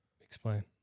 Explain